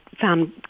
found